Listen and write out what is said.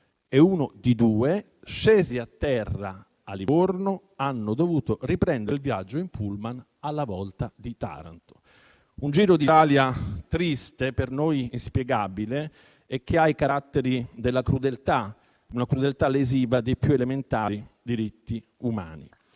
e uno di due, scesi a terra a Livorno, hanno dovuto riprendere il viaggio in *pullman* alla volta di Taranto. È questo un giro d'Italia triste, per noi inspiegabile, che ha i caratteri della crudeltà, una crudeltà lesiva dei più elementari diritti umani.